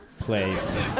place